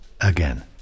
Again